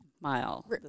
mile